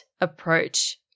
approach